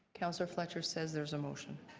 councillor fletcher said there's a motion.